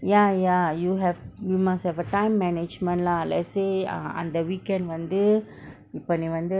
ya ya you have you must have a time management lah let's say ah அந்த:andtha weekend வந்து இப்ப நீ வந்து:vanthu ippa nee vanthu